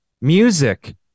music